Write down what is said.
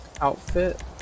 outfit